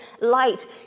light